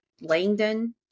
Langdon